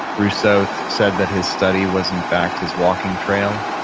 rousseau said that his study was in fact his walking trail.